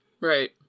Right